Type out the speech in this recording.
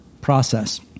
process